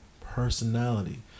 personality